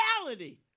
reality